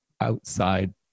outside